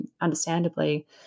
understandably